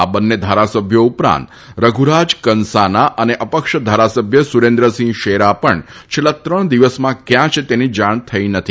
આ બંને ધારાસભ્યો ઉપરાંત રધુરાજ કનસાના અને અપક્ષ ધારાસભ્ય સુરેન્દ્રસિંહ શેરા પણ છેલ્લા ત્રણ દિવસમાં ક્યાં છે તેની જાણ થઈ નથી